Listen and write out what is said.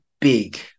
big